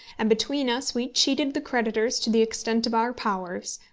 and between us we cheated the creditors to the extent of our powers,